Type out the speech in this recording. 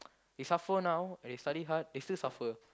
they suffer now and they study hard they still suffer